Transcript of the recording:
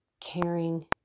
caring